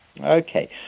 Okay